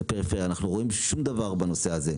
אנחנו רואים ששום דבר לא קורה בנושא הזה.